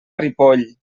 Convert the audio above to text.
ripoll